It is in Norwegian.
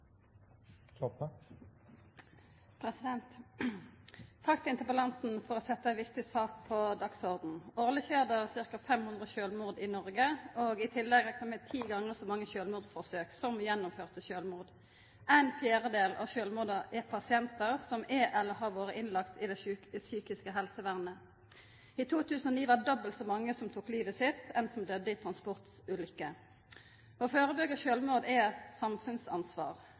Takk til interpellanten for å setja ei viktig sak på dagsordenen. Årleg skjer det ca. 500 sjølvmord i Noreg. I tillegg reknar ein med ti gonger så mange sjølvmordsforsøk som gjennomførte sjølvmord. Ein fjerdedel av dei som gjer sjølvmord, er pasientar som er eller har vore innlagde i det psykiske helsevernet. I 2009 var det dobbelt så mange som tok livet sitt som dei som døydde i transportulykker. Å førebyggja sjølvmord er eit samfunnsansvar.